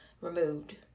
removed